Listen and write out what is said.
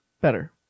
Better